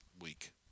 week